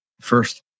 first